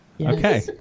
Okay